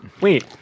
wait